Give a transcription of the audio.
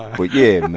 but yeah,